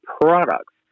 products